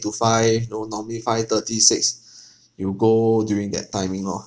to five you know normally five thirty six you go during that timing lor